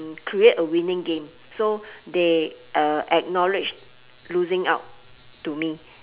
to create a winning game so they uh acknowledge losing out to me